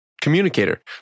communicator